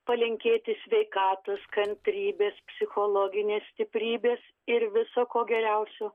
palinkėti sveikatos kantrybės psichologinės stiprybės ir viso ko geriausio